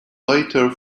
later